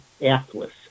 Atlas